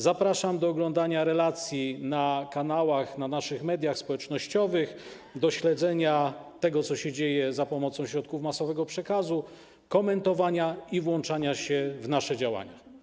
Zapraszam do oglądania relacji na kanałach na naszych mediach społecznościowych, do śledzenia tego, co się dzieje, za pomocą środków masowego przekazu, do komentowania i włączania się w nasze działania.